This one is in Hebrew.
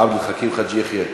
עבד אל חכים חאג' יחיא,